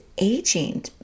aging